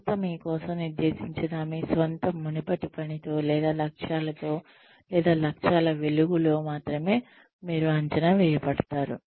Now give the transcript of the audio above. సంస్థ మీ కోసం నిర్దేశించిన మీ స్వంత మునుపటి పనితో లేదా లక్ష్యాలతో లేదా లక్ష్యాల వెలుగులో మాత్రమే మీరు అంచనా వేయబడతారు